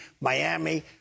Miami